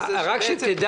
תתקדם.